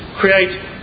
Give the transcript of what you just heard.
create